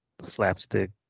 slapstick